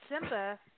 Simba